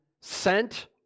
sent